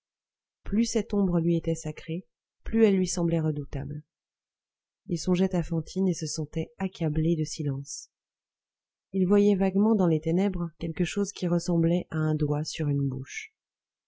plus cette ombre lui était sacrée plus elle lui semblait redoutable il songeait à fantine et se sentait accablé de silence il voyait vaguement dans les ténèbres quelque chose qui ressemblait à un doigt sur une bouche